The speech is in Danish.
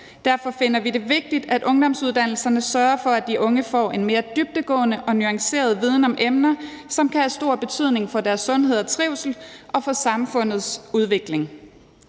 Derfor finder vi det vigtigt, at ungdomsuddannelserne sørger for, at de unge får en mere dybdegående og nuanceret viden om emner, som kan have stor betydning for deres sundhed og trivsel og for samfundets udvikling.